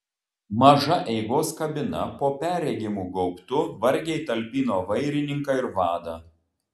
maža eigos kabina po perregimu gaubtu vargiai talpino vairininką ir vadą